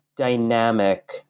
dynamic